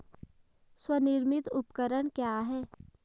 स्वनिर्मित उपकरण क्या है?